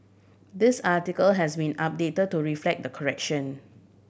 this article has been update to reflect the correction